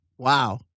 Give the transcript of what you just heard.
Wow